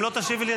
אם לא תשיבי לי,